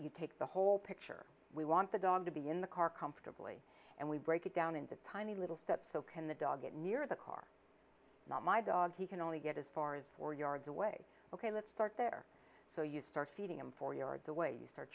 you take the whole picture we want the dog to be in the car comfortably and we break it down into tiny little steps so can the dog get near the car not my dog he can only get as far as four yards away ok let's start there so you start feeding him four yards away you start